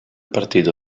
partito